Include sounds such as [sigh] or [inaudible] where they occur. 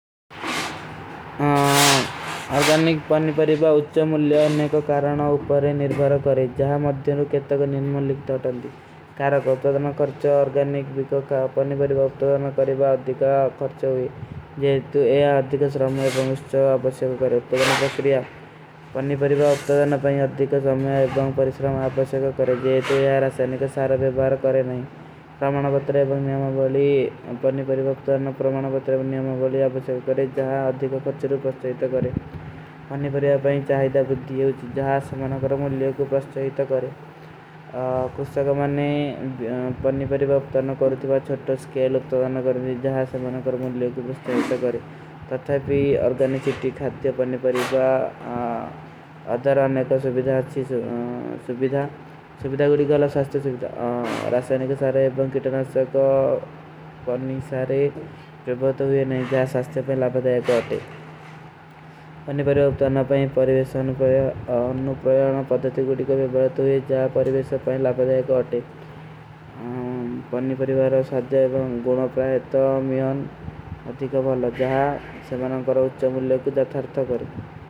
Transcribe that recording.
ଆର୍ଗାନିକ ପଣିପରୀବା ଉଚ୍ଛ ମୁଲ୍ଯ ଅନ୍ନେ କୋ କାରଣା ଉପରେ ନିର୍ଭର କରେଂ। ଜହାଂ ମଦ୍ଯନୋଂ କେତା କା ନିନମୁଲିକ ଥୋଟନ୍ଦୀ। କାରକ ଉପ୍ତଦନ କର୍ଚ ଆର୍ଗାନିକ ବୀକୋ କା ପଣିପରୀବା ଉପ୍ତଦନ କରେଂ। ଅଧିକା ଖର୍ଚ ହୁଈ। ଅଧିକା ଖର୍ଚ ହୁଈ। ତତ୍ଥାଈ ପି ଅର୍ଗାନିକ ଚିତ୍ତି ଖାତ୍ଯ [hesitation] ପଣିପରୀବା ଅଧର ଆନେ କା ସୁପିଦା। ସୁପିଦା ଗୁଡୀ କା ଲାଵ ସାସ୍ତେ ସୁପିଦା। ରାଶାନେ କା ସାରେ ଏବଂ କେଟନା ସାରେ ପଣିପରୀବା ତୋ ହୁଏ ନହୀଂ।